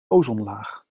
ozonlaag